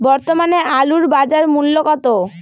বর্তমানে আলুর বাজার মূল্য কত?